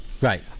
Right